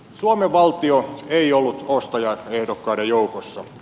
suomen valtio ei ollut ostajaehdokkaiden joukossa